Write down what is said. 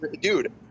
Dude